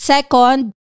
Second